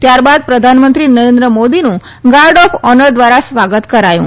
ત્યારબાદ પ્રધાનમંત્રી નરેન્દ્ર મોદીનું ગાર્ડ ઓફ ઓનર દ્વારા સ્વાગત કરાયું